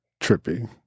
trippy